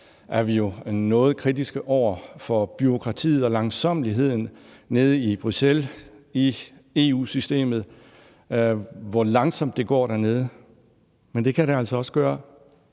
er vi noget kritiske over for bureaukratiet og langsommeligheden i EU-systemet nede i Bruxelles, med hensyn til hvor langsomt det går dernede, men det kan det altså også gøre